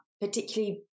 particularly